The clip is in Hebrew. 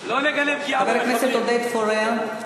חבר הכנסת עודד פורר.